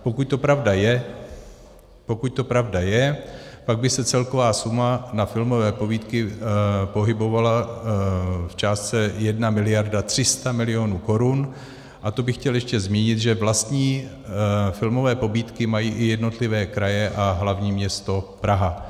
Pokud to pravda je, pokud to pravda je, pak by se celková suma na filmové pobídky pohybovala v částce 1 mld. 300 mil. korun, a to bych chtěl ještě zmínit, že vlastní filmové pobídky mají i jednotlivé kraje a hlavní město Praha.